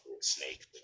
snake